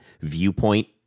viewpoint